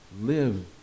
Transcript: live